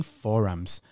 forums